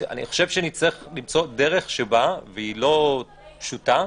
אני חושב שנצטרך למצוא דרך, והיא לא פשוטה,